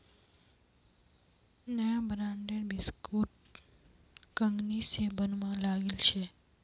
नया ब्रांडेर बिस्कुट कंगनी स बनवा लागिल छ